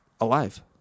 Alive